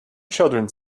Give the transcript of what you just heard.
children